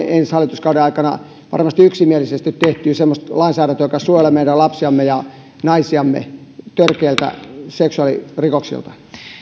ensi hallituskauden aikana varmasti yksimielisesti tehtyä semmoista lainsäädäntöä joka suojelee meidän lapsiamme ja naisiamme törkeiltä seksuaalirikoksilta